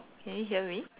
can you hear me